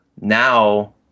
Now